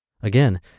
Again